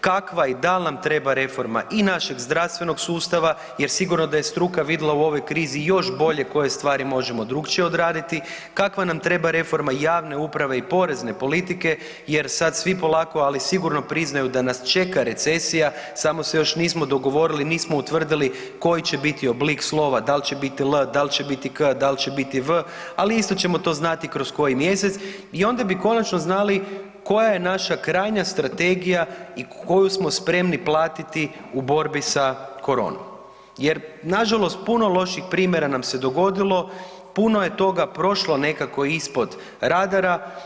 kakva i dal nam treba reforma i našeg zdravstvenog sustava jer sigurno da je struka vidjela u ovoj krizi još bolje koje stvari možemo drukčije odraditi, kakva nam treba reforma javne uprave i porezne politike jer sad svi polako ali sigurno priznaju da nas čeka recesija samo se još nismo dogovorili, nismo utvrdili koji će biti oblik slova, dal će biti L, dal će biti K, dal će biti V ali isto ćemo to znati kroz koji mjesec i onda bi konačno znali koja je naša krajnja strategija koju smo spremni platiti u borbi sa koronom jer nažalost puno loših primjera nam se dogodilo, puno je toga prošlo nekako ispod radara.